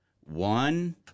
one